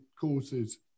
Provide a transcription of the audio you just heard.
courses